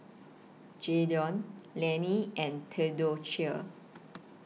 Jaylon Lanny and Theodocia